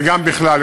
וגם בכלל,